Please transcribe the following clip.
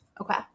Okay